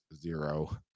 zero